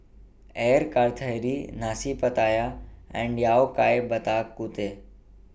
Air Karthira Nasi Pattaya and Yao Cai Bak Kut Teh